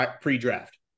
pre-draft